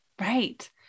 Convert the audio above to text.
Right